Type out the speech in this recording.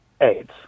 AIDS